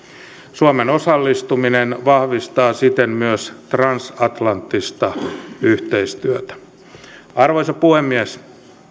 suomen osallistuminen vahvistaa siten myös transatlanttista yhteistyötä arvoisa puhemies